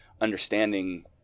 understanding